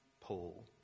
Paul